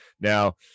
now